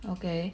okay